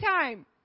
time